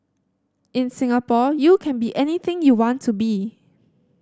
in Singapore you can be anything you want to be